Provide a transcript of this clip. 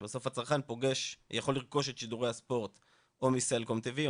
שבסוף הצרכן יכול לרכוש את שידור הספורט מסלקום TV,